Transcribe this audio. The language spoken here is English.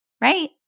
Right